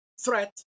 threat